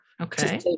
Okay